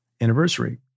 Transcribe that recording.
anniversary